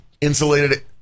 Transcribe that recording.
insulated